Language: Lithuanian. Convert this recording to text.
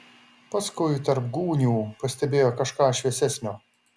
paskui tarp gūnių pastebėjo kažką šviesesnio